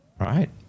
right